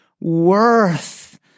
worth